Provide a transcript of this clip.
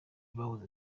bahoze